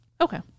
okay